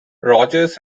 rogers